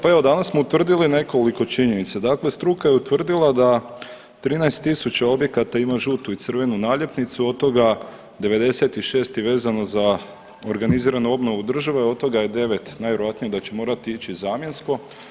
Pa evo danas smo utvrdili nekoliko činjenica, dakle struka je utvrdila da 13.000 objekata ima žutu i crvenu naljepnicu, od toga 96 je vezano za organiziranu obnovu države od toga je 9 najvjerojatnije da će morati ići zamjensko.